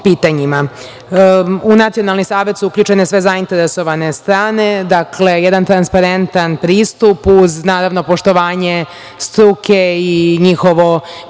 nacionalni savet su uključene sve zainteresovane strane. Dakle, jedan transparentan pristup, uz poštovanje struke i njihovo prisustvo